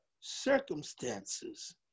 circumstances